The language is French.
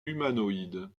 humanoïde